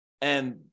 And-